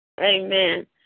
Amen